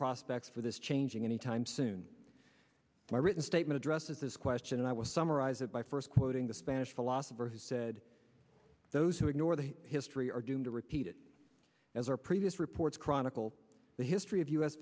prospects for this changing anytime soon my written statement addresses this question and i will summarize it by first quoting the spanish philosopher who said those who ignore the history are doomed to repeat it as our previous reports chronicle the history of u